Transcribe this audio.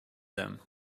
them